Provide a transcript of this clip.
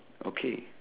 okay